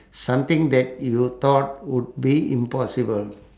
something that you thought would be impossible